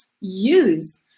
use